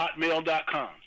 hotmail.com